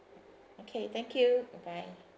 okay thank you bye bye